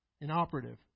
inoperative